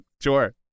Sure